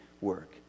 work